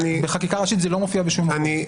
בחקיקה ראשית זה לא מופיע בשום מקום.